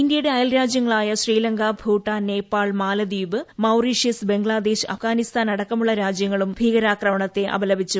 ഇന്തൃയുടെ അയൽരാജ്യങ്ങളായ ശ്രീലങ്ക ഭൂട്ടാൻ നേപ്പാൾ മാലദ്വീപ് മൌറീഷ്യസ് ബംഗ്ലാദേശ് അഫ്ഗാനിസ്ഥാൻ അടക്കമുള്ള രാജ്യങ്ങളും ഭീകരാക്രമണത്തെ അപലപിച്ചു